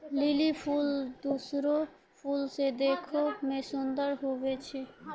lily फूल दोसरो फूल से देखै मे सुन्दर हुवै छै